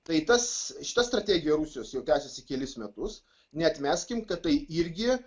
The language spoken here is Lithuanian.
tai tas šita strategija rusijos jau tęsiasi kelis metus neatmeskim kad tai irgi